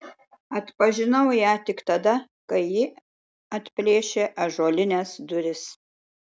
atpažinau ją tik tada kai ji atplėšė ąžuolines duris